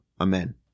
Amen